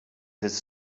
his